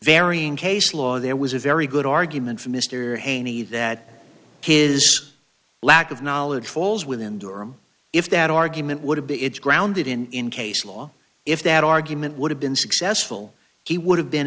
varying case law there was a very good argument from mr haney that his lack of knowledge falls within durham if that argument would be it's grounded in in case law if that argument would have been successful he would have been